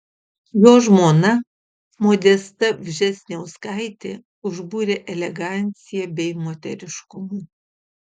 jo žmona modesta vžesniauskaitė užbūrė elegancija bei moteriškumu